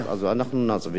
אז אנחנו נצביע.